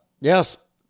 yes